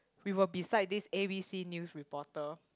we were beside this A_B_C news reporter